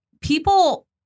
people